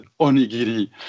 onigiri